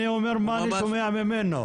אני אומר מה שאני שומע ממנו.